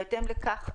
בהתאם לכך,